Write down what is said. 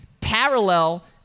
parallel